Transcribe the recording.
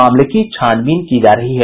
मामले की छानबीन की जा रही है